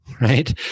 right